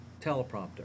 teleprompter